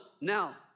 now